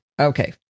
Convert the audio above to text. Okay